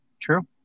True